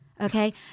Okay